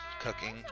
cooking